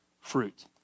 fruit